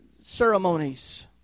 ceremonies